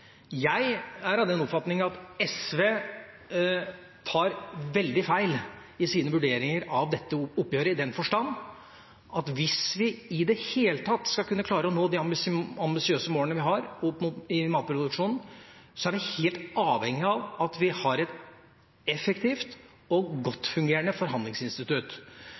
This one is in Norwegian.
oppfatning at SV tar veldig feil i sine vurderinger av dette oppgjøret, i den forstand at hvis vi i det hele tatt skal kunne klare å nå de ambisiøse målene vi har for matproduksjon, er vi helt avhengige av at vi har et effektivt og godt fungerende forhandlingsinstitutt.